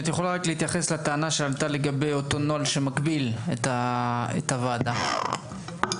אם את יכולה להתייחס לטענה שעלתה על אותו נוהל שמגביל את וועדת האפיון.